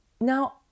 Now